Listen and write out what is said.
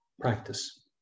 practice